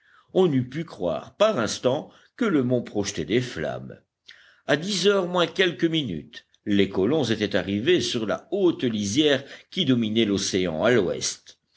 on eût pu croire par instants que le mont projetait des flammes à dix heures moins quelques minutes les colons étaient arrivés sur la haute lisière qui dominait l'océan à l'ouest